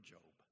Job